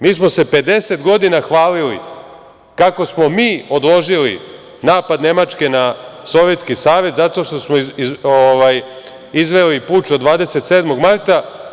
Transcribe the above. Mi smo se 50 godina hvalili kako smo mi odložili napad Nemačke na Sovjetski Savez zato što smo izveli puč od 27. marta.